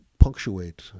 punctuate